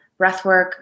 breathwork